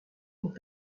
ont